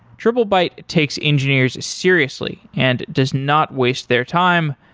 triplebyte takes engineers seriously and does not waste their time,